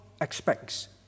expects